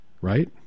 right